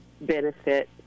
benefit